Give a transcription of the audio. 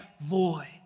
void